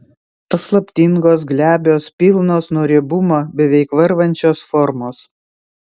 paslaptingos glebios pilnos nuo riebumo beveik varvančios formos